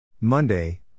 Monday